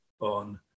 on